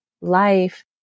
life